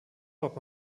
hop